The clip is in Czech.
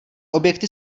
objekty